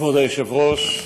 כבוד היושב-ראש,